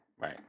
Right